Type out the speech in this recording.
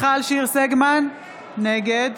סגמן, נגד